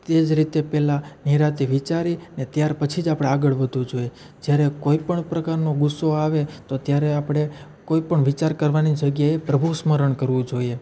તે જ રીતે પહેલા નિરાંતે વિચારી ને ત્યાર પછી જ આપણે આગળ વધવું જોઈએ જ્યારે કોઈપણ પ્રકારનો ગુસ્સો આવે તો ત્યારે આપણે કોઈપણ વિચાર કરવાની જગ્યાએ પ્રભુ સ્મરણ કરવું જોઈએ